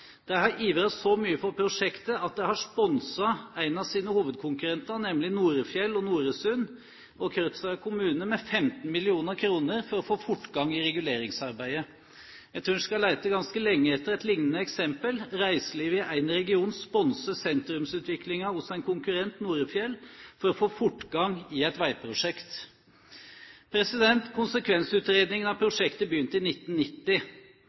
har ivret så mye for prosjektet at de har sponset en av sine hovedkonkurrenter, nemlig Norefjell og Noresund og Krødsherad kommune med 15 mill. kr for å få fortgang i reguleringsarbeidet. Jeg tror en skal lete ganske lenge etter et lignende eksempel, at reiselivet i én region sponser sentrumsutviklingen hos en konkurrent, Norefjell, for å få fortgang i et veiprosjekt. Konsekvensutredningen av prosjektet begynte i 1990,